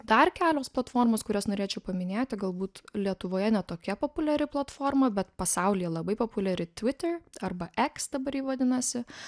dar kelios platformos kurias norėčiau paminėti galbūt lietuvoje ne tokia populiari platforma bet pasaulyje labai populiari twitter arba x dabar jau vadinasi